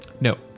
No